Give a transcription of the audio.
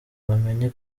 bamenye